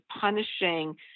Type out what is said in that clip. punishing